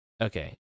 Okay